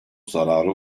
zarara